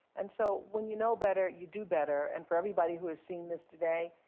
and so, when you know better, you do better. and for everybody who has seen this today,